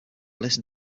listen